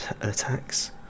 attacks